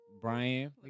Brian